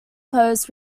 posts